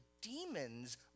demons